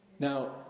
Now